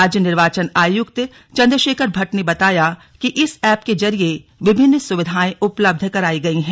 राज्य निर्वाचन आयुक्त चंद्रशेखर भट्ट ने बताया कि इस एप के जरिए विभिन्न सुविधाएं उपलब्ध कराई गई हैं